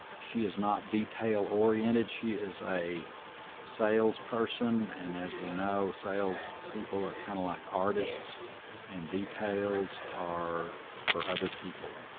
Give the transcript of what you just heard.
she is not detail oriented. she is a sales person. and as we know sales people are kind of like artists and details are for other people